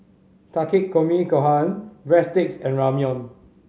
Takikomi Gohan Breadsticks and Ramyeon